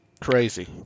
Crazy